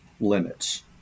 limits